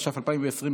התש"ף 2020,